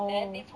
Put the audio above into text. oh